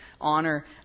honor